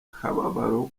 kababaro